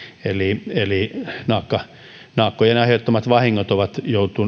eli eli naakkojen aiheuttamat vahingot ovat